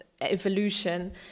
evolution